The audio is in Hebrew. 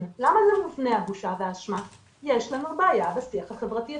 כי יש לנו בעיה בשיח החברתי הציבורי,